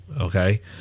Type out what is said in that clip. okay